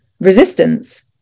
resistance